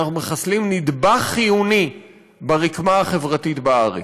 אנחנו מחסלים נדבך חיוני ברקמה החברתית בארץ,